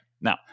Now